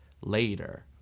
later